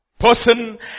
person